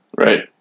Right